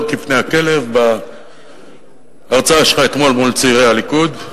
כפני הכלב בהרצאה שלך אתמול מול צעירי הליכוד,